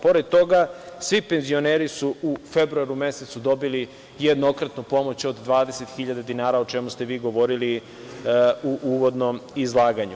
Pored toga, svi penzioneri su u februaru mesecu dobili jednokratnu pomoć od 20.000 dinara, o čemu ste vi govorili u uvodnom izlaganju.